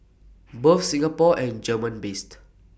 both Singapore and German based